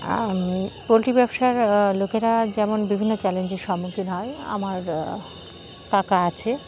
poultry ব্যবসার লোকেরা যেমন বিভিন্ন চ্যালেঞ্জের সম্মুখীন হয় আমার কাকা আছে